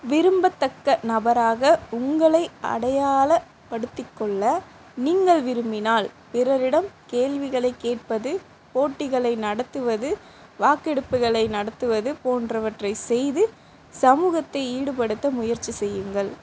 விரும்பத்தக்க நபராக உங்களை அடையாளப்படுத்திக்கொள்ள நீங்கள் விரும்பினால் பிறரிடம் கேள்விகளைக் கேட்பது போட்டிகளை நடத்துவது வாக்கெடுப்புகளை நடத்துவது போன்றவற்றைச் செய்து சமூகத்தை ஈடுபடுத்த முயற்சி செய்யுங்கள்